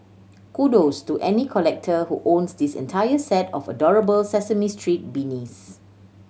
kudos to any collector who owns this entire set of adorable Sesame Street beanies